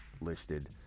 listed